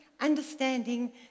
understanding